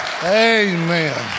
amen